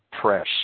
press